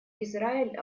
израиль